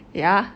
ya